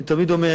אני תמיד אומר,